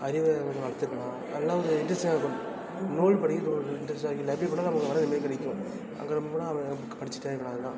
அறிவை வளர்த்துக்கலாம் நல்லா ஒரு இண்ட்ரெஸ்ட்டிங்காக இருக்கும் நூல் படிக்கிறது அவ்வளோ ஒரு இண்ட்ரெஸ்ட்டாக இருக்கும் லைப்ரரி போனால் அங்கே அங்கே நம்ம போனால் அங்கே புக்கு படிச்சிகிட்டே இருக்கலாம் நல்லா